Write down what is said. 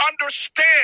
understand